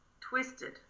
twisted